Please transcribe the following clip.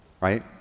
right